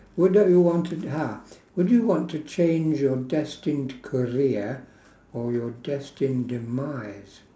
would I want to ah would you want to change your destined career or your destined demise